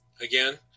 again